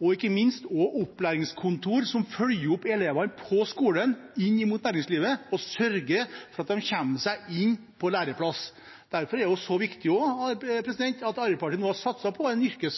og ikke minst er det et opplæringskontor som følger opp elevene på skolen inn mot næringslivet og sørger for at de kommer seg inn på en læreplass. Derfor er det også viktig at Arbeiderpartiet nå har satset på en